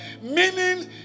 Meaning